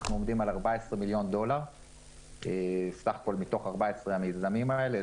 אנחנו עומדים על 14 מיליון דולר בסך הכל מתוך 14 המיזמים האלה,